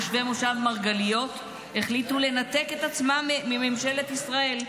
תושבי מושב מרגליות החליטו לנתק את עצמם מממשלת ישראל,